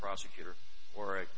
prosecutor or